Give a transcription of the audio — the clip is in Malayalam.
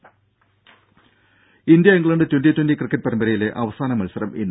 ദ്ദേ India England twenty twenty cricket പരമ്പരയിലെ അവസാന മൽസരം ഇന്ന്